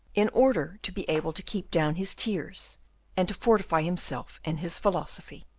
in order to be able to keep down his tears and to fortify himself in his philosophy.